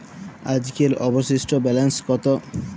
আজকের অবশিষ্ট ব্যালেন্স কত?